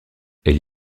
elle